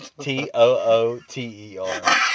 T-O-O-T-E-R